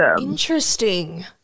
Interesting